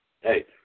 Hey